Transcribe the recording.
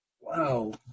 Wow